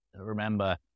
remember